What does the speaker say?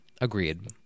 agreed